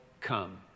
come